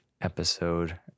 episode